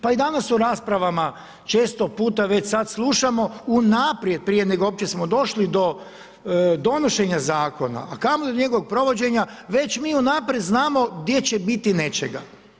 Pa i danas u raspravama često puta već sad slušamo unaprijed prije nego uopće smo došli do donošenja zakona, a kamoli njegovog provođenja već mi unaprijed znamo gdje će biti nečega.